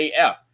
AF